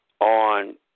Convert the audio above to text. on